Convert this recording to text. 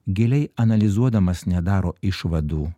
giliai analizuodamas nedaro išvadų